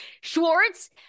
Schwartz